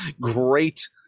great